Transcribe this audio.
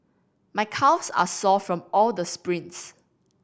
my calves are sore from all the sprints